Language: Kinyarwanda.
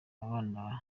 abana